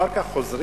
אחר כך חוזרים,